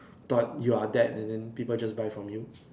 thought you are dead and then people just buy from you